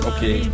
Okay